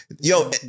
Yo